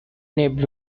named